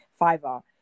Fiverr